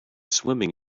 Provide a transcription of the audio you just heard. swimming